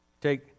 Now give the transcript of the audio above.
Take